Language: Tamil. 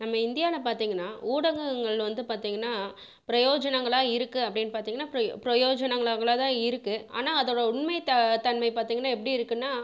நம்ம இந்தியாவில் பார்த்தீங்கன்னா ஊடகங்கள் வந்து பார்த்தீங்கன்னா பிரயோஜனங்களாய் இருக்குது அப்படின்னு பார்த்தீங்கன்னா பிரயோ பிரயோஜனங்களாக தான் இருக்குது ஆனால் அதோடய உண்மை த தன்மை பார்த்தீங்கன்னா எப்படி இருக்குதுன்னா